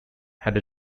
had